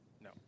No